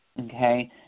okay